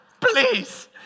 please